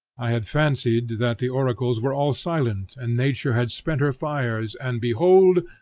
i had fancied that the oracles were all silent, and nature had spent her fires and behold!